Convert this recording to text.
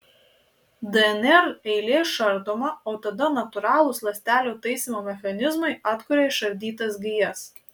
dnr eilė išardoma o tada natūralūs ląstelių taisymo mechanizmai atkuria išardytas gijas